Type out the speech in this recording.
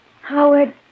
Howard